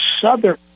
Southern